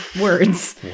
words